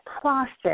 process